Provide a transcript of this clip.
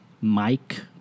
Mike